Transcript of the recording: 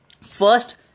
first